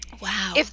Wow